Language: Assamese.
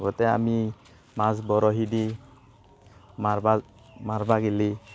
লগতে আমি মাছ বৰহী দি মাৰিব মাৰিব গ'লে